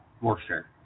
warfare